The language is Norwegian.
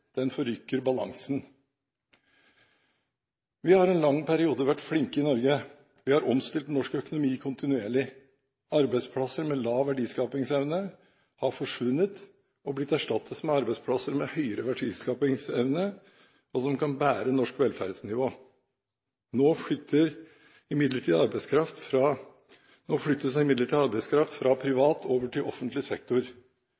den forrykker balansen. Vi har i en lang periode vært flinke i Norge. Vi har omstilt norsk økonomi kontinuerlig. Arbeidsplasser med lav verdiskapingsevne har forsvunnet og blitt erstattet med arbeidsplasser med høyere verdiskapingsevne og som kan bære norsk velferdsnivå. Nå flyttes imidlertid arbeidskraft fra